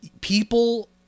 people